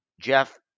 Jeff